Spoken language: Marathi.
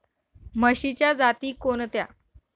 म्हशीच्या जाती कोणत्या?